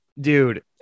dude